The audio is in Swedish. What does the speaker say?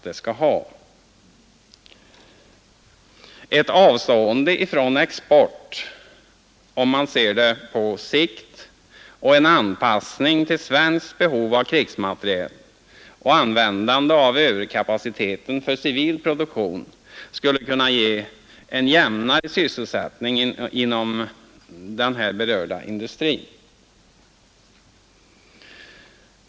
Ett avstående från export, om man ser det på sikt, och en anpassning till svenskt behov av krigsmateriel och användande av överkapaciteten för civil produktion skulle kunna ge en jämnare sysselsättning inom den här berörda industrin.